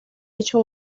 hecho